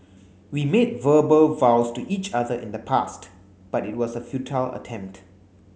we made verbal vows to each other in the past but it was a futile attempt